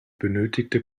benötigte